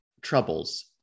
troubles